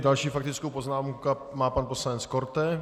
Další faktickou poznámku má pan poslanec Korte.